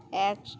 యాక్చ్